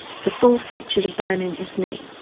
the fall fractured a bone in his neck.